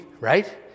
right